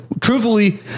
truthfully